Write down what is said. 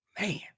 Man